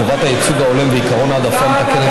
חובת הייצוג ההולם ועקרון ההעדפה המתקנת